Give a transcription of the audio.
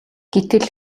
гэтэл